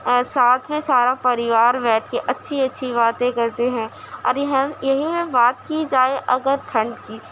اور ساتھ میں سارا پریوار بیٹھ کے اچھی اچھی باتیں کرتے ہیں اور یہاں یہیں میں بات کی جائے اگر ٹھنڈ کی